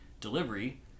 delivery